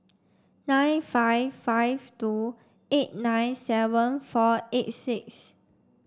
nine five five two eight nine seven four eight six